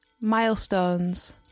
Milestones